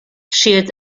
shields